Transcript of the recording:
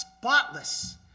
spotless